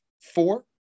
four